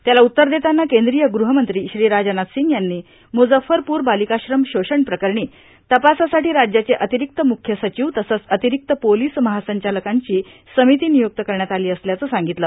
त्याला उत्तर देताना केंद्रीय गृहमंत्री श्री राजनाथ सिंग यांनी मुजफ्फरपूर बालिकाआश्रम शोषण प्रकरणी तपासासाठी राज्याचे अतिरिक्त मुख्य सचिव तसंच अतिरिक्त पोलिस महासंचालकांची समिती निय्रक्त करण्यात आली असल्याचं सांगितलं